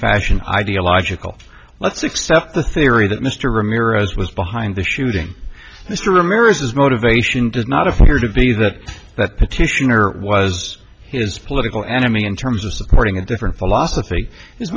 fashion ideological let's accept the theory that mr ramirez was behind the shooting mr ramirez his motivation does not appear to be that that petitioner was his political enemy in terms of supporting a different philosophy his